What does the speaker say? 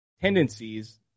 tendencies